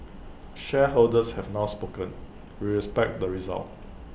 shareholders have now spoken respect the result